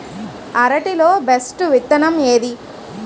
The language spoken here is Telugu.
అరటి లో బెస్టు విత్తనం ఏది?